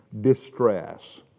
Distress